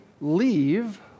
leave